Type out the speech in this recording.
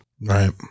right